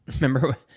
Remember